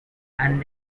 and